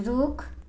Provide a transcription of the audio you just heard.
रुख